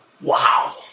Wow